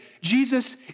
Jesus